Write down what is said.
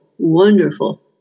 Wonderful